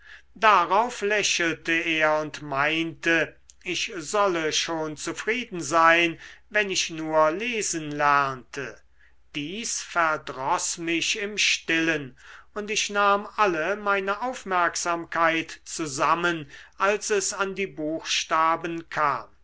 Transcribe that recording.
darauf lächelte er und meinte ich solle schon zufrieden sein wenn ich nur lesen lernte dies verdroß mich im stillen und ich nahm alle meine aufmerksamkeit zusammen als es an die buchstaben kam